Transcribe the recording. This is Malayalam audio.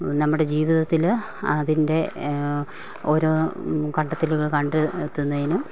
നമ്മുടെ ജീവിതത്തിൽ അതിൻ്റെ ഓരോ കണ്ടെത്തലുകൾ കണ്ടെത്തുന്നതിനും